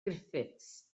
griffiths